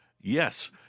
yes